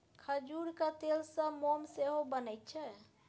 खजूरक तेलसँ मोम सेहो बनैत छै